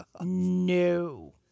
No